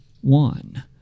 One